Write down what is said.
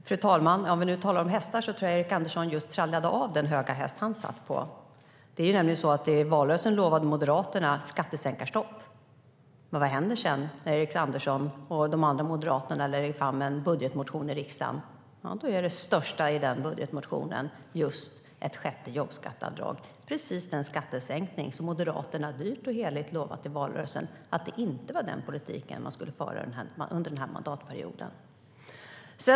Fru talman! När vi nu talar om hästar tror jag att Erik Andersson just trillade av den höga häst han satt på. I valrörelsen lovade nämligen Moderaterna ett skattesänkarstopp. Men vad händer när Erik Andersson och de andra moderaterna lägger fram en budgetmotion i riksdagen? Jo, då är det största i den budgetmotionen ett sjätte jobbskatteavdrag. Det är precis den politik som Moderaterna dyrt och heligt lovade i valrörelsen att de inte skulle föra under denna mandatperiod.